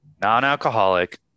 non-alcoholic